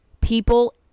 people